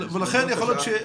אני מאוד מקווה,